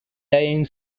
dying